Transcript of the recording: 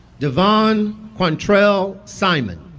davon quantrell simon